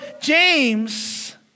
James